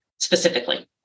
Specifically